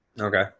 Okay